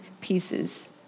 pieces